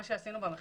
מה שעשינו במחקר,